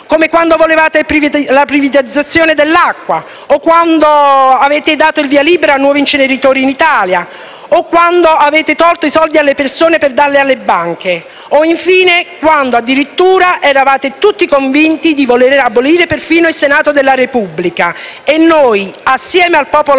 come quando volevate la privatizzazione dell'acqua, o avete dato il via libera a nuovi inceneritori in Italia, o quando avete tolto i soldi alle persone per darli alle banche, o infine quando addirittura eravate tutti convinti di voler abolire perfino il Senato della Repubblica e noi, assieme al popolo